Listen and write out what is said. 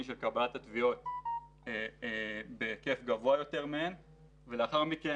של קבלת התביעות בהיקף גבוה יותר מהן ולאחר מכן,